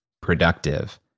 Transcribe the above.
productive